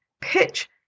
pitch